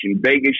Vegas